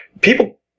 People